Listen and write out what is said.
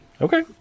Okay